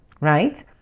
right